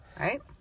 right